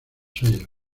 sellos